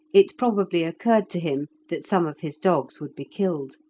it probably occurred to him that some of his dogs would be killed.